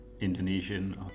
Indonesian